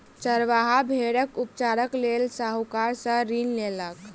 चरवाहा भेड़क उपचारक लेल साहूकार सॅ ऋण लेलक